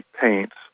paints